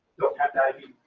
don't have diabetes.